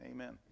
Amen